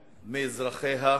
מאזרחיה,